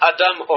Adam